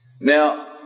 Now